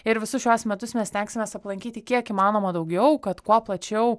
ir visus šiuos metus mes stengsimės aplankyti kiek įmanoma daugiau kad kuo plačiau